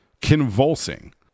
convulsing